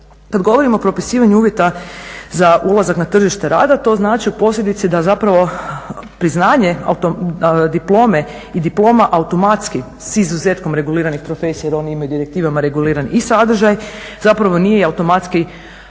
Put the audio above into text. Kada govorimo o propisivanju uvjeta za ulazak na tržište rada to znači od posljedice da priznanje diplome i diploma automatski s izuzetkom reguliranih profesija jer … i direktivama reguliran i sadržaj nije automatski